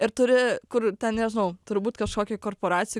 ir turi kur ten nežinau turi būt kažkokioj korporacijoj